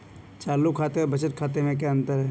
चालू खाते और बचत खाते में क्या अंतर है?